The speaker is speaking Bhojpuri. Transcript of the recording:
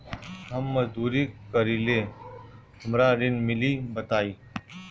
हम मजदूरी करीले हमरा ऋण मिली बताई?